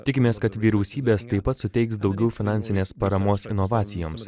tikimės kad vyriausybės taip pat suteiks daugiau finansinės paramos inovacijoms